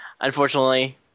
Unfortunately